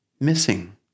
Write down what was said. missing